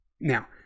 Now